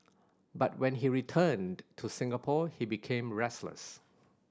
but when he returned to Singapore he became restless